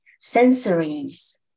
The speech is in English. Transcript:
sensories